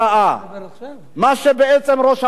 מה שבעצם ראש הממשלה עשה,